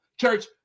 Church